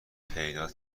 پیدات